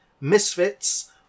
misfits